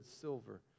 silver